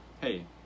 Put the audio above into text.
hey